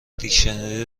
دیکشنری